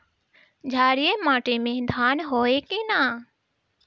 क्षारिय माटी में धान होई की न?